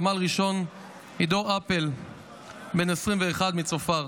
וסמל ראשון עידו אפל בן 21 מצופר,